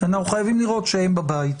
כי אנחנו חייבים לראות שהם בבית.